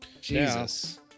Jesus